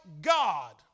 God